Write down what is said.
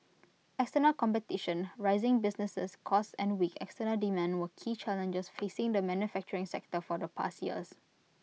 external competition rising businesses costs and weak external demand were key challenges facing the manufacturing sector for the past years